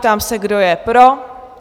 Ptám se, kdo je pro?